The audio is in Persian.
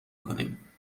کنیم